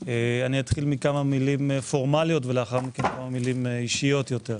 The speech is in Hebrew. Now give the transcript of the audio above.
אני אתחיל מכמה מילים פורמליות ולאחר מכן כמה מילים אישיות יותר.